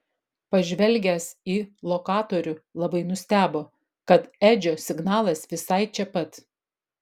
pažvelgęs į lokatorių labai nustebo kad edžio signalas visai čia pat